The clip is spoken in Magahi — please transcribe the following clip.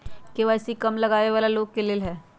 के.वाई.सी का कम कमाये वाला लोग के लेल है?